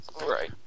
right